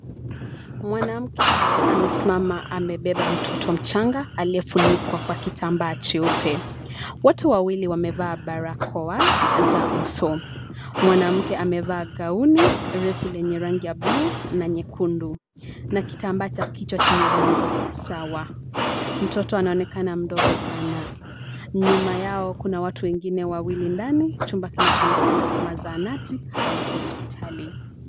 Mwanamke amesimama amebeba mtoto mchanga aliyefunikwa kwa kitambaa cheupe. Wote wawili wamevaa barakoa za uso. Mwanamke amevaa gauni refu lenye rangi ya bluu na na nyekundu na kitambaa cha kichwa chenye rangi sawa. Mtoto anaonekana mdogo sana. Nyuma yao kuna watu wengine wawili ndani chumba kinachoonekana kama zahanati au hospitali.